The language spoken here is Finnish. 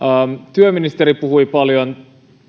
työministeri puhui paljon